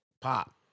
Pop